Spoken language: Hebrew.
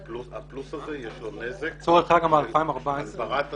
לפלוס הזה יש נזק בהגברת השחיקה.